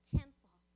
temple